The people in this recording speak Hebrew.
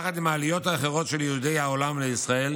יחד עם העליות האחרות של יהודי העולם לישראל,